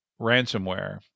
ransomware